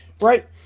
Right